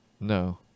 No